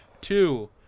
Two